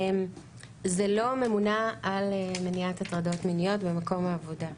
זה לא ממונה על מניעת הטרדות מיניות במקום העבודה.